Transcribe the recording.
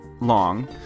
long